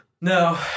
No